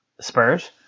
Spurs